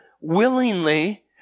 willingly